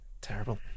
Terrible